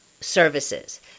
services